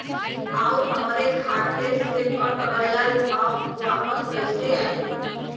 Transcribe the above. आऊर हमरे खाते से कट गैल ह वापस कैसे आई?